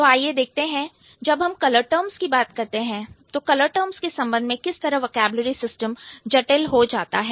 तो आइए देखते हैं कि जब हम कलर टर्म्स की बात करते हैं तो कलर टर्म्स के संबंध में किस तरह वोकैबलरी सिस्टम जटिल हो जाता है